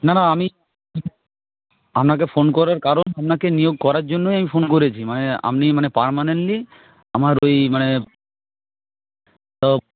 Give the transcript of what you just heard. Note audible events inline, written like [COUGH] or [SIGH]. না না আমি আপনাকে ফোন করার কারণ আপনাকে নিয়োগ করার জন্যই [UNINTELLIGIBLE] ফোন করেছি মানে আপনি মানে পার্মানেন্টলি আমার ওই মানে [UNINTELLIGIBLE]